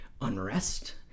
unrest